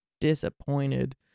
disappointed